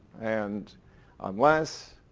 and unless,